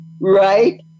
right